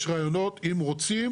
יש רעיונות אם רוצים,